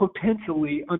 potentially